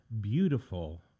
beautiful